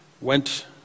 went